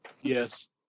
Yes